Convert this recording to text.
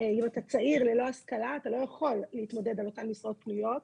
אם אתה צעיר ללא השכלה אתה לא יכול להתמודד על אותן משרות פנויות.